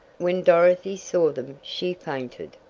when dorothy saw them she fainted!